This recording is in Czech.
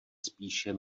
spíše